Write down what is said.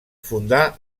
fundà